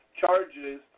charges